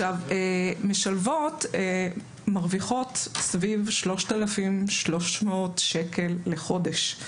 משלבות מרוויחות סביב 3,300 שקל לחודש.